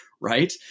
right